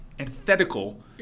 antithetical